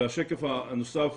השקף הנוסף,